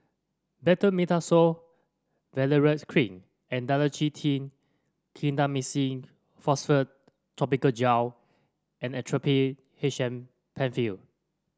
Betamethasone Valerate Cream and Dalacin T Clindamycin Phosphate Topical Gel and Actrapid H M Penfill